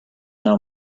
know